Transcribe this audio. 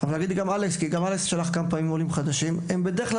אבל יגיד גם אלכס כי גם הוא שלח עולים חדשים כמה פעמים בדרך כלל,